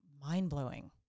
mind-blowing